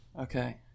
Okay